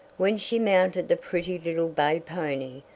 when she mounted the pretty little bay pony,